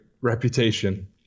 reputation